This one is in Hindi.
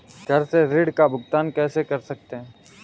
घर से ऋण का भुगतान कैसे कर सकते हैं?